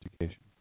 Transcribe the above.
education